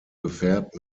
gefärbt